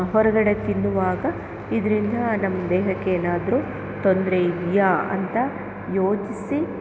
ಹೊರಗಡೆ ತಿನ್ನುವಾಗ ಇದರಿಂದ ನಮ್ಮ ದೇಹಕ್ಕೇನಾದರೂ ತೊಂದರೆ ಇದೆಯಾ ಅಂತ ಯೋಚಿಸಿ